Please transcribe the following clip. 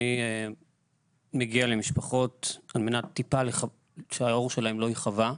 אני מגיע למשפחות כדי שהאור שלהם לא יכבה,